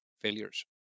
failures